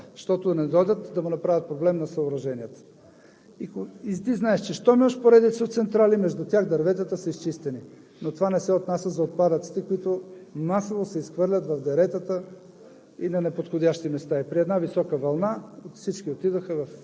всеки от тях си чисти дърветата и деретата до предишната централа, защото да не дойдат и да му направят проблем на съоръженията. И ти знаеш, че щом имаш поредица от централи, между тях дърветата са изчистени, но това не се отнася за отпадъците, които масово се изхвърлят в деретата